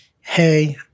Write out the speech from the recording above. hey